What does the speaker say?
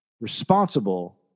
responsible